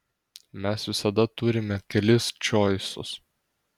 mes visada turime kelis čoisus